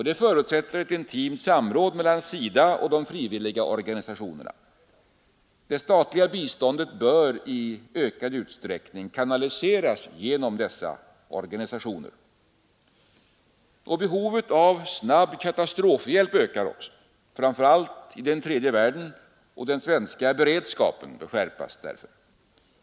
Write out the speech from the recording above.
Detta förutsätter ett intimt samråd mellan SIDA och de frivilliga organisationerna. Det statliga biståndet bör i ökad utsträckning kanaliseras genom dessa organisationer. Behovet av snabb katastrofhjälp ökar, framför allt i den tredje världen, och den svenska beredskapen bör skärpas.